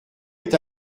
est